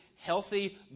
healthy